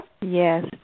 Yes